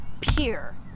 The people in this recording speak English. pure